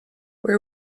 where